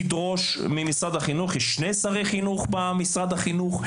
תדרוש ממשרד החינוך יש שני שרי חינוך במשרד החינוך,